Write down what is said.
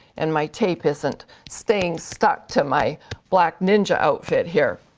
and my tape isn't staying stuck to my black ninja outfit here.